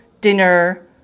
dinner